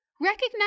Recognize